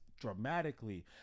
dramatically